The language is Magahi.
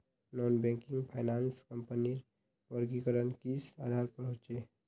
नॉन बैंकिंग फाइनांस कंपनीर वर्गीकरण किस आधार पर होचे?